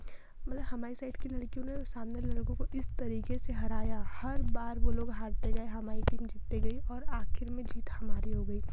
मतलब हमारी साइड की लड़कियों ने सामने वाले लड़कों को इस तरीके से हराया हर बार वे लोग हारते गए हमारी टीम जीतती गई और आखिर में जीत हमारी हो गई